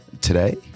today